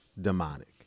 demonic